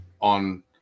on